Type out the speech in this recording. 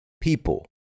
People